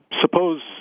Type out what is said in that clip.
suppose